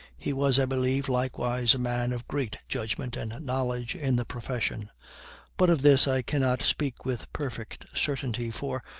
he was, i believe, likewise a man of great judgment and knowledge in the profession but of this i cannot speak with perfect certainty, for,